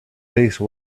face